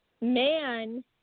man